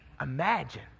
Imagine